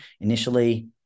initially